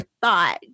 thought